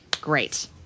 great